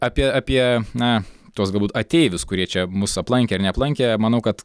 apie apie na tuos galbūt ateivius kurie čia mus aplankė ar neaplankė manau kad